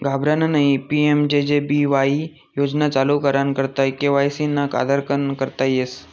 घाबरानं नयी PMJJ BY योजना चालू कराना करता के.वाय.सी ना आधारकन करता येस